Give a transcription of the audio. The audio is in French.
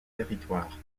territoires